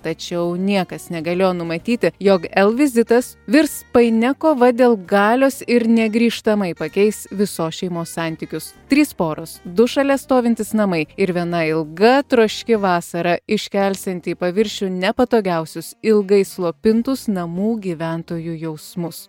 tačiau niekas negalėjo numatyti jog el vizitas virs painia kova dėl galios ir negrįžtamai pakeis visos šeimos santykius trys poros du šalia stovintys namai ir viena ilga troški vasara iškelsianti paviršių nepatogiausius ilgai slopintus namų gyventojų jausmus